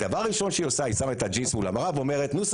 הדבר הראשון שהיא עושה הוא לשים את הג'ינס מול המראה ואומרת: נו,